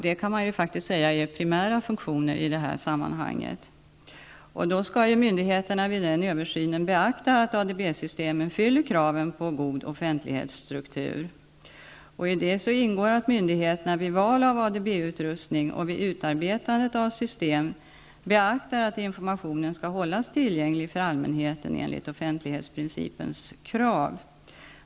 Det kan man ju faktiskt säga är primära funktioner i det här sammanhanget. Myndigheterna skall vid den översynen beakta att ADB-systemen fyller kraven på god offentlighetsstruktur. I det ingår att myndigheterna vid val av ADB-utrustning och vid utformandet av system beaktar att informationen skall hållas tillgänglig för allmänheten enligt offentlighetsprincipens krav.